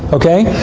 okay?